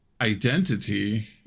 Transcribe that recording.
identity